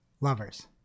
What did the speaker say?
Lovers